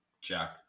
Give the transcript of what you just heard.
Jack